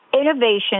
innovation